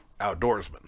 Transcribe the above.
outdoorsman